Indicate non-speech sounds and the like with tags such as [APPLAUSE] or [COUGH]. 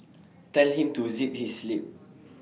[NOISE] tell him to zip his lip